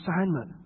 assignment